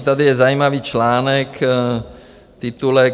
Tady je zajímavý článek titulek: